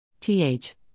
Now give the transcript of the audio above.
Th